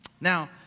Now